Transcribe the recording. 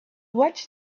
watch